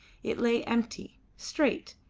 it lay empty, straight,